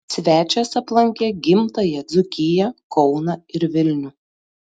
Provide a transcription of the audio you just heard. svečias aplankė gimtąją dzūkiją kauną ir vilnių